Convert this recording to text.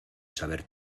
saber